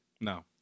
no